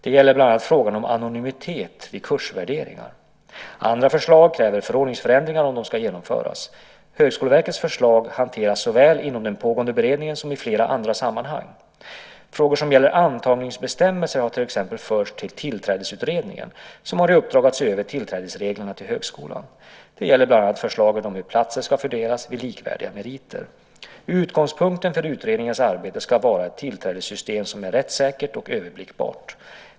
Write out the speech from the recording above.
Det gäller bland annat frågan om anonymitet vid kursvärderingar. Andra förslag kräver förordningsändringar om de ska genomföras. Högskoleverkets förslag hanteras såväl inom den pågående beredningen som i flera andra sammanhang. Frågor som gäller antagningsbestämmelser har till exempel förts till Tillträdesutredningen, som har i uppdrag att se över tillträdesreglerna till högskolan. Det gäller bland annat förslaget om hur platser ska fördelas vid likvärdiga meriter. Utgångspunkten för utredningens arbete ska vara ett tillträdessystem som är rättssäkert och överblickbart.